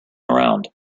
around